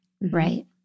Right